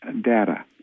data